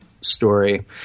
story